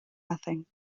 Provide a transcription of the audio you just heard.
nothing